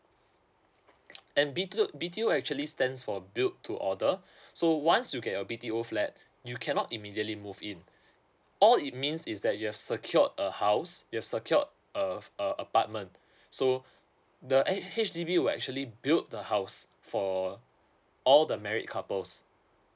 and B_T_O B_T_O actually stands for build to order so once you get your B_T_O flat you cannot immediately move in all it means is that you have secured a house you have secured a a apartment so the H_D_B will actually build the house for all the married couples